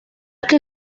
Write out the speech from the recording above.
que